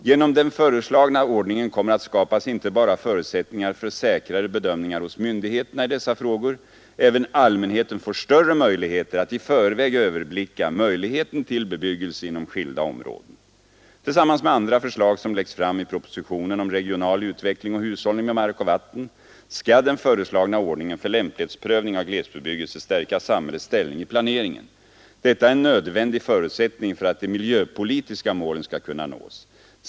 Genom den föreslagna ordningen kommer att skapas inte bara förutsättningar för säkrare bedömningar hos myndigheterna i dessa frågor. Även allmänheten får större förutsättningar att i förväg överblicka möjligheten till bebyggelse inom skilda områden. Tillsammans med andra förslag som läggs fram i propositionen om regional utveckling och hushållning med mark och vatten skall den föreslagna ordningen för lämplighetprövning av glesbebyggelse stärka samhällets ställning i planeringen. Detta är en nödvändig förutsättning för att de miljöpolitiska målen skall kunna nås.